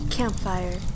Campfire